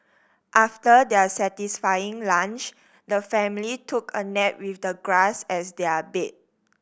after their satisfying lunch the family took a nap with the grass as their bed